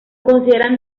consideran